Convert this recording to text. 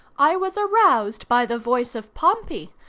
i was aroused by the voice of pompey,